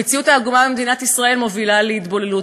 המציאות העגומה במדינת ישראל מובילה להתבוללות,